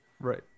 Right